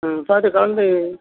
ஆ பார்த்து கலந்து